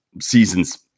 seasons